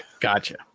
Gotcha